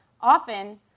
often